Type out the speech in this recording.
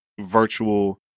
virtual